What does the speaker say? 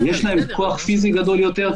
יש להם כוח פיזי גדול יותר,